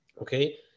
okay